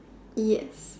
yes